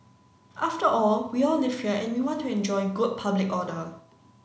after all we all live here and we want to enjoy good public order